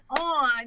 on